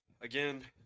again